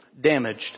damaged